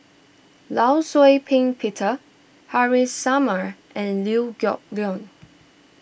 Law Shau Ping Peter Haresh Summer and Liew Geok Leong